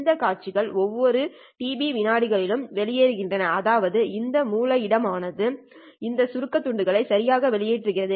இந்த காட்சிகள் ஒவ்வொரு Tb விநாடிகளிலும் வெளிவருகின்றன அதாவது இந்த மூல இடம் ஆனது இந்த சுருக்க துண்டுகளை சரியாக வெளியிடுகிறது